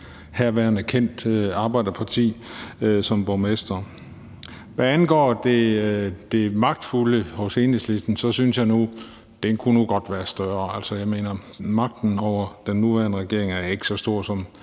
herværende kendt arbejderparti. Hvad angår det magtfulde hos Enhedslisten, synes jeg nu, at magten godt kunne være større. Jeg mener, magten over den nuværende regering er ikke så stor, som